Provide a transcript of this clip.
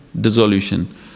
dissolution